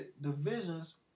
divisions